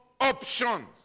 options